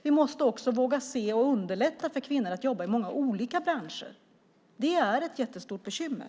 Vi måste också våga se och underlätta för kvinnor att jobba inom olika branscher. Det är ett stort bekymmer.